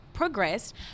Progressed